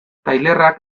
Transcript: tailerrak